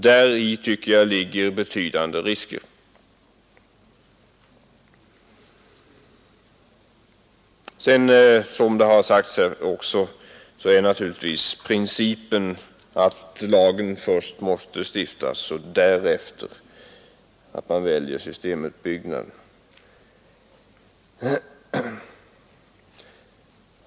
Däri tycker jag ligger betydande risker. Sedan skall naturligtvis principen också vara, som här redan sagts, att det först stiftas lag och att vi därefter väljer systemuppbyggnaden.